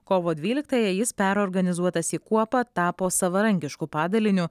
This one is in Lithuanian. kovo dvyliktąją jis perorganizuotas į kuopą tapo savarankišku padaliniu